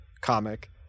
comic